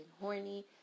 Horny